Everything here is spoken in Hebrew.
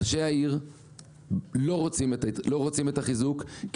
ראשי העיר לא רוצים את החיזוק -- זה לא נכון.